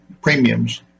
premiums